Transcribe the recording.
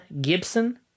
Gibson